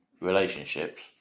relationships